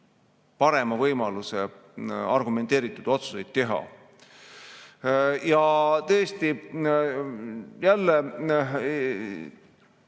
parema võimaluse argumenteeritud otsuseid teha. Ja kui jälle